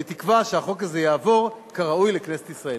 בתקווה שהחוק הזה יעבור, כראוי לכנסת ישראל.